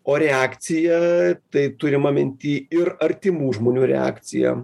o reakcija tai turima minty ir artimų žmonių reakcija